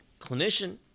clinician